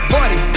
Party